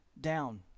down